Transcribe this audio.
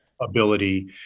ability